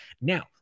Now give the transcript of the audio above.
Now